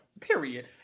Period